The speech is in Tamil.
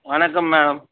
வணக்கம் மேடம்